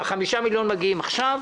5 מיליון שקל מגיעים עכשיו.